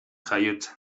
jaiotzen